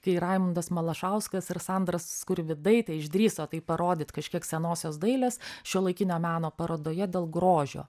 kai raimundas malašauskas ir sandra skurvidaitė išdrįso tai parodyt kažkiek senosios dailės šiuolaikinio meno parodoje dėl grožio